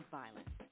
violence